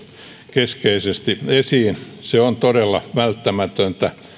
keskeisesti esiin on todella välttämätöntä